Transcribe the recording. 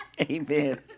Amen